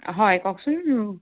হয় কওকচোন